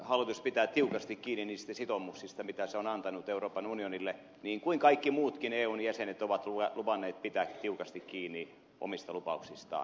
hallitus pitää tiukasti kiinni niistä sitoumuksista joita se on antanut euroopan unionille niin kuin kaikki muutkin eun jäsenet ovat luvanneet pitää tiukasti kiinni omista lupauksistaan